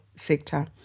sector